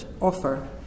offer